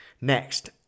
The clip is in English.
Next